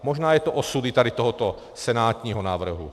Možná je to osud i tady tohoto senátního návrhu.